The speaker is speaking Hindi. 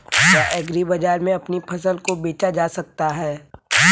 क्या एग्रीबाजार में अपनी फसल को बेचा जा सकता है?